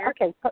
okay